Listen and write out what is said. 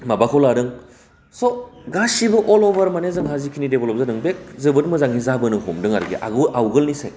माबाखौ लादों स' गासिबो अल अभार माने जोंहा जिखिनि डेभेलप होदों बे जोबोद मोजाङै जाबोनो हमदोङो आवगोलनिसाय